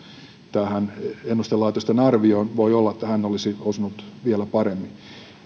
tähän ennustelaitosten arvioon voi olla että hän olisi osunut vielä paremmin